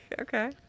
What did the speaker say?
Okay